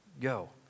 go